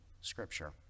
scripture